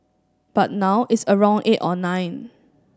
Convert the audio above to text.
but now it's around eight or nine